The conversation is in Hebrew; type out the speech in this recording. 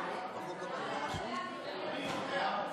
חדלות פירעון